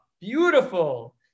Beautiful